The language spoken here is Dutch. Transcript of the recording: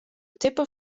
tippen